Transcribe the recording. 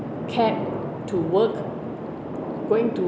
cab to work going to